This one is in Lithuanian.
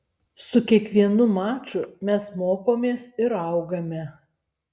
su kiekvienu maču mes mokomės ir augame